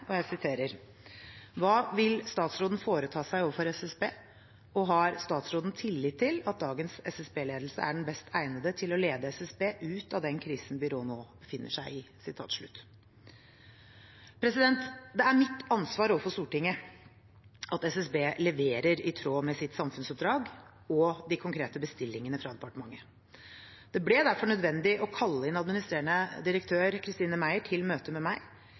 vil statsråden foreta seg overfor SSB, og har statsråden tillit til at dagens SSB-ledelse er den best egnede til å lede SSB ut av den krisen byrået nå befinner seg i?» Det er mitt ansvar overfor Stortinget at SSB leverer i tråd med sitt samfunnsoppdrag og de konkrete bestillingene fra departementet. Det ble derfor nødvendig å kalle inn administrerende direktør Christine Meyer til møter med meg,